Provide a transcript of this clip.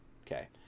Okay